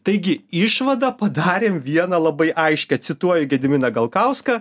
taigi išvadą padarėm vieną labai aiškią cituoju gediminą galkauską